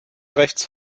rechts